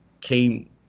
came